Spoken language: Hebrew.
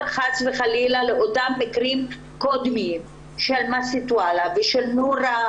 חס וחלילה לאותם מקרים קודמים של נשים שנרצחו